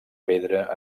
pedra